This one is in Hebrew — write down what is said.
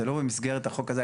זה לא במסגרת החוק הזה.